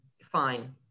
fine